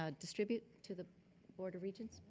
ah distribute to the board of regents.